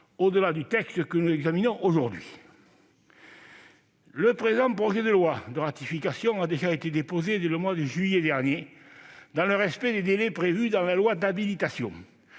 au-delà du texte que nous examinons aujourd'hui. Le présent projet de loi de ratification a été déposé dès le mois de juillet dernier, dans le respect des délais prévus dans la loi d'habilitation.